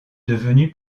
devenu